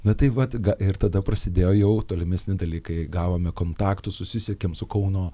na tai vat ir tada prasidėjo jau tolimesni dalykai gavome kontaktus susisiekėm su kauno